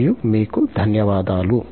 మరియు మీకు ధన్యవాదాలు